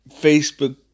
Facebook